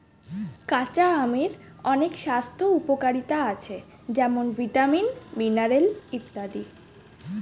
কাঁচা আমের অনেক স্বাস্থ্য উপকারিতা আছে যেমন ভিটামিন, মিনারেল ইত্যাদি